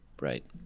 Right